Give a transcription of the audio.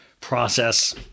process